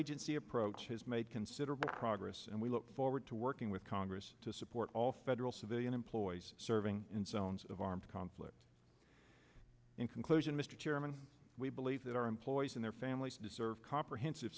interagency approach has made considerable progress and we look forward to working with congress to support all federal civilian employees serving in sounds of armed conflict in conclusion mr chairman we believe that our employees and their families deserve comprehensive